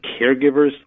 caregivers